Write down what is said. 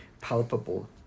palpable